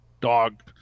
dog